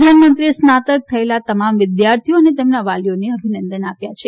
પ્રધાનમંત્રીએ સ્નાતક થયેલા તમામ વિદ્યાર્થીઓ અને તેમના વાલીઓને અભિનંદન આપ્યા છે